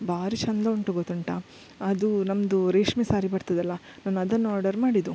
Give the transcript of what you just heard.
ಭಾರಿ ಚಂದ ಉಂಟು ಗೊತ್ತುಂಟ ಅದು ನಮ್ದು ರೇಷ್ಮೆ ಸಾರಿ ಬರ್ತದಲ್ಲ ನಾನು ಅದನ್ನು ಆರ್ಡರ್ ಮಾಡಿದ್ದು